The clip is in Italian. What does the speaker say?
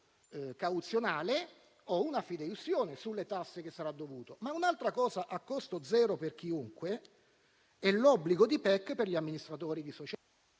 un fondo cauzionale o una fideiussione sulle tasse che saranno dovute. Un'altra cosa a costo zero per chiunque è l'obbligo di PEC per gli amministratori di società.